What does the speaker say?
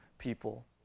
people